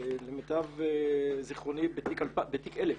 למיטב זיכרוני, בתיק 1000,